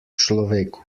človeku